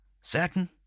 Certain